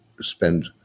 spend